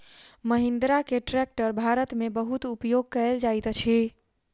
महिंद्रा के ट्रेक्टर भारत में बहुत उपयोग कयल जाइत अछि